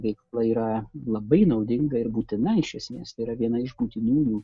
veikla yra labai naudinga ir būtina iš esmės tai yra viena iš būtinųjų